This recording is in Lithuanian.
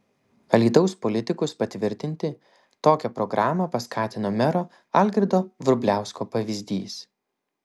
alytaus politikus patvirtinti tokią programą paskatino mero algirdo vrubliausko pavyzdys